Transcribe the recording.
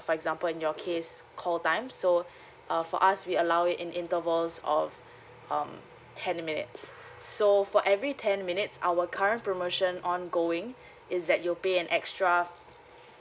for example in your case call time so uh for us we allow it in intervals of um ten minutes so for every ten minutes our current promotion ongoing is that you pay an extra